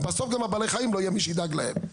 בסוף גם לבעלי החיים לא יהיה מי שידאג להם.